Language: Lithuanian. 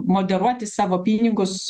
moderuoti savo pinigus